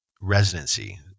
residency